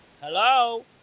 Hello